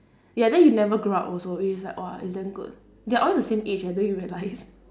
ya then you never grow up also it's like !whoa! it's damn good they're always the same age leh do you realise